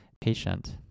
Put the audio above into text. patient